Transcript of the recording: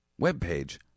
webpage